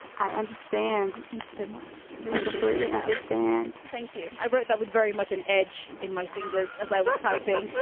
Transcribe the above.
i understand. thank you so much. i completely understand. thank you. i wrote that with very much an edge in my fingers as i was typing.